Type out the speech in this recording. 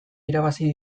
irabazi